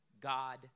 God